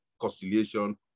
conciliation